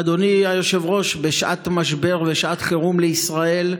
אדוני היושב-ראש, בשעת משבר, בשעת חירום לישראל,